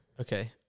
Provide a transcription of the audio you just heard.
Okay